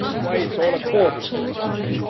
why, it's all according, master,